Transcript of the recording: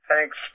Thanks